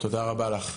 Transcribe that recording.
תודה רבה לך.